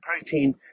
protein